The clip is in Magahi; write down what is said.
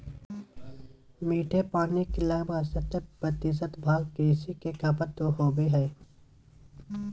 मीठे पानी के लगभग सत्तर प्रतिशत भाग कृषि में खपत होबो हइ